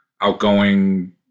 outgoing